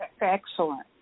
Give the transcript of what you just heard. Excellent